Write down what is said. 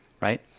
right